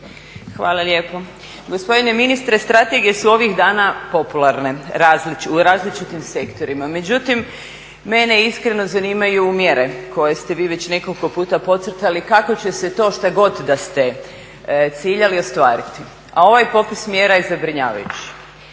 Hvala lijepo. Gospodine ministre strategije su ovih dana popularne u različitim sektorima, međutim mene iskreno zanimaju mjere koje ste vi već nekoliko puta podcrtali kako će se to što god da ste ciljali ostvariti. A ovaj popis mjera je zabrinjavajući.